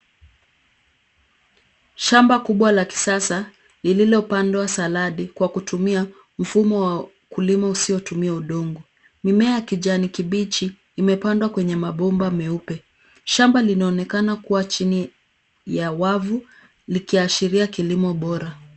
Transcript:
Shamba kubwa la kisasa, lililopandwa saladi kwa kutumia mfumo wa kulima usiotumia udongo. Mimea ya kijani kibichi, imepandwa kwenye mabomba meupe. Shamba linaonekana kuwa chini ya wavu, likiashiria kilimo bora.